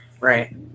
Right